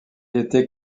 était